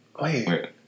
Wait